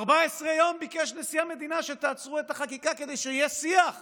ל-14 יום ביקש נשיא המדינה שתעצרו את החקיקה כדי שיהיה שיח אמיתי.